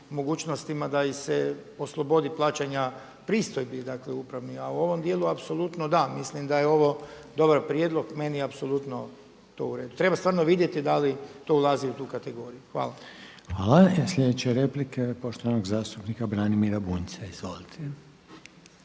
mogućnostima da ih se oslobodi plaćanja pristojbi upravni. Ali u ovom dijelu apsolutno da, mislim da je ovo dobar prijedlog, meni je apsolutno to uredu. Treba stvarno vidjeti da li to ulazi u tu kategoriju. Hvala. **Reiner, Željko (HDZ)** Hvala. Sljedeća replika je poštovanog zastupnika Branimira Bunjca. Izvolite.